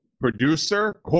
producer